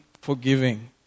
forgiving